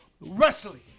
wrestling